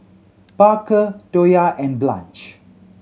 Parker Toya and Blanche